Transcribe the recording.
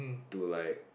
to like